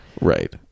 Right